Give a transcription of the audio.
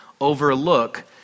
overlook